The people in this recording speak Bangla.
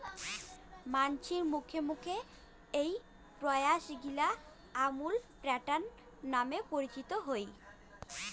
মানসির মুখে মুখে এ্যাই প্রয়াসগিলা আমুল প্যাটার্ন নামে পরিচিত হই